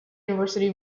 university